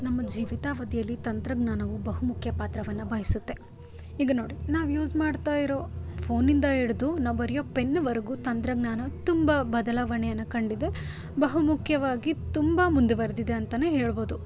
ನಮ್ಮ ಜೀವಿತಾವಧಿಯಲ್ಲಿ ತಂತ್ರಜ್ಞಾನವು ಬಹು ಮುಖ್ಯ ಪಾತ್ರವನ್ನು ವಹಿಸುತ್ತೆ ಈಗ ನೋಡಿ ನಾವು ಯೂಸ್ ಮಾಡ್ತಾ ಇರೋ ಫೋನ್ನಿಂದ ಹಿಡ್ದು ನಾವು ಬರೆಯೋ ಪೆನ್ವರೆಗೂ ತಂತ್ರಜ್ಞಾನ ತುಂಬ ಬದಲಾವಣೆಯನ್ನು ಕಂಡಿದೆ ಬಹು ಮುಖ್ಯವಾಗಿ ತುಂಬ ಮುಂದುವರ್ದಿದೆ ಅಂತಾನೆ ಹೇಳ್ಬೋದು